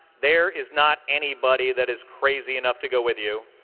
there is not anybody that is crazy enough to go with you